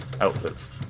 outfits